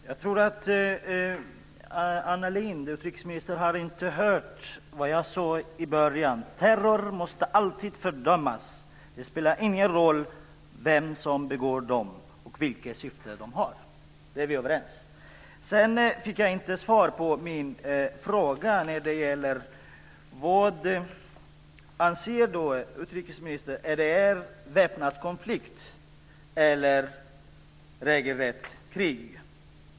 Fru talman! Jag tror att utrikesminister Anna Lindh inte hörde vad jag sade i början: Terror måste alltid fördömas. Det spelar ingen roll vem som begår terrordåd och vilket syfte de har. Det är vi väl överens om? Jag fick heller inte svar på min fråga om vad utrikesministern anser: Är det här en väpnad konflikt eller ett regelrätt krig?